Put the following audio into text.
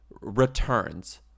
returns